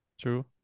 True